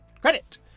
Credit